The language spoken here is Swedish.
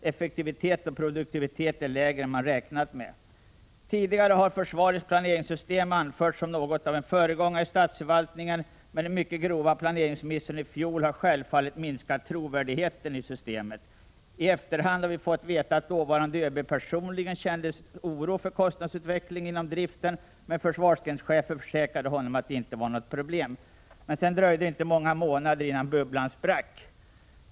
Effektivitet och produktivitet är lägre än man räknat med. Tidigare har försvaret anförts som något av föregångare i statsförvaltningen när det gällt planeringssystem, men den mycket grova planeringsmissen i fjol har självfallet minskat trovärdigheten i systemet. I efterhand har vi fått veta att dåvarande ÖB personligen kände oro för kostnadsutvecklingen inom driften, men försvarsgrenschefer försäkrade honom att det inte var något problem. Sedan dröjde det emellertid inte många månader innan bubblan sprack.